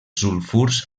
sulfurs